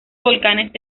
volcanes